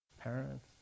parents